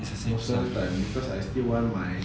it's the same size